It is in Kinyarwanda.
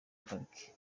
pariki